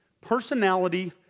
personality